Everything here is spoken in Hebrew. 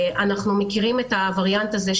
אנחנו מכירים את הווריאנט הזה,